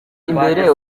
imbere